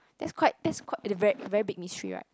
that's quite that's qui~ a very very big mystery [right]